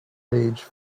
age